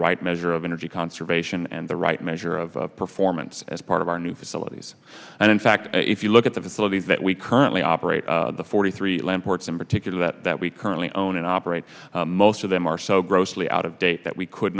right measure of energy conservation and the right measure of performance as part of our new facilities and in fact if you look at the facilities that we currently operate the forty three land ports in particular that that we currently own and operate most of them are so grossly out of date that we could